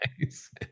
nice